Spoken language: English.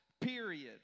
period